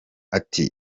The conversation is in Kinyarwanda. ati